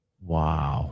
Wow